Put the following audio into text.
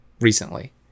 recently